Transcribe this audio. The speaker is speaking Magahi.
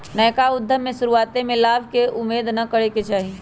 नयका उद्यम में शुरुआते में लाभ के उम्मेद न करेके चाही